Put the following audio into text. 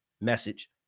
message